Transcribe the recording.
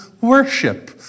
worship